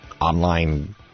online